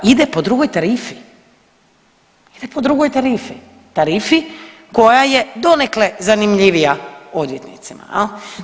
Ide po drugoj tarifi, ide po drugoj tarifi, tarifi koja je donekle zanimljivija odvjetnicima jel.